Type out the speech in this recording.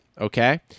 Okay